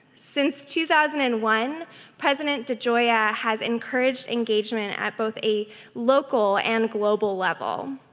since two thousand and one president degioia has encouraged engagement at both a local and global level.